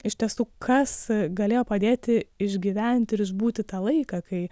iš tiesų kas galėjo padėti išgyvent ir išbūti tą laiką kai